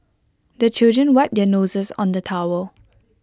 the children wipe their noses on the towel